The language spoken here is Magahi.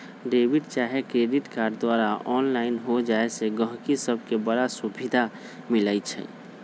डेबिट चाहे क्रेडिट कार्ड द्वारा ऑनलाइन हो जाय से गहकि सभके बड़ सुभिधा मिलइ छै